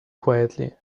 quietly